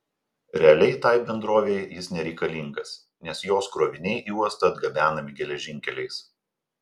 realiai tai bendrovei jis nereikalingas nes jos kroviniai į uostą atgabenami geležinkeliais